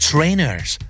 Trainers